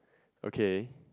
okay